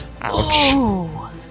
Ouch